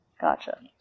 Gotcha